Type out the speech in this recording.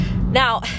Now